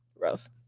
rough